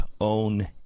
own